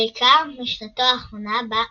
ובעיקר בשנתו האחרונה בה